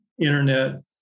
internet